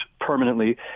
permanently